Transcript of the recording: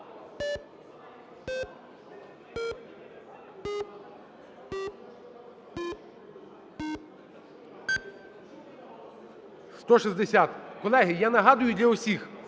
160. Колеги, я нагадую для усіх,